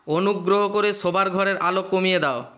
অনুগ্রহ করে শোবার ঘরের আলো কমিয়ে দাও